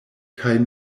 kaj